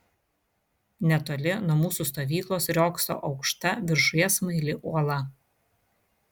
netoli nuo mūsų stovyklos riogso aukšta viršuje smaili uola